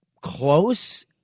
close